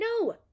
no